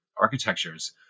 architectures